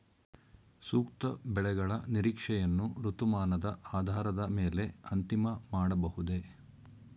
ಸೂಕ್ತ ಬೆಳೆಗಳ ನಿರೀಕ್ಷೆಯನ್ನು ಋತುಮಾನದ ಆಧಾರದ ಮೇಲೆ ಅಂತಿಮ ಮಾಡಬಹುದೇ?